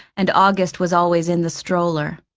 and august was always in the stroller.